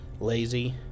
lazy